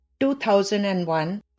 2001